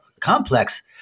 complex